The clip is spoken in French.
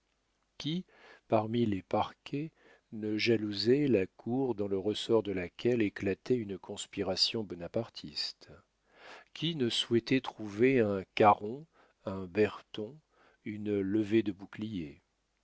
qui parmi les parquets ne jalousait la cour dans le ressort de laquelle éclatait une conspiration bonapartiste qui ne souhaitait trouver un caron un berton une levée de boucliers